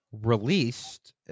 released